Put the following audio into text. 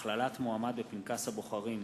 הכללת מועמד בפנקס הבוחרים),